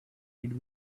did